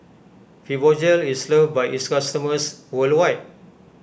Fibogel is loved by its customers worldwide